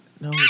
No